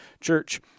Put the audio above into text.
church